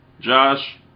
Josh